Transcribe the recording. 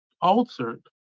altered